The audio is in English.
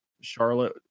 Charlotte